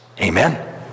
Amen